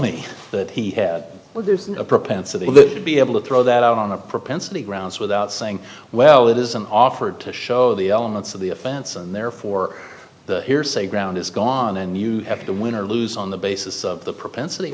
me that he had a propensity to be able to throw that out on the propensity grounds without saying well that isn't offered to show the elements of the offense and therefore the hearsay ground is gone and you have to win or lose on the basis of the propensity